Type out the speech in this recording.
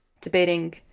debating